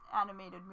animated